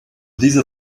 dieser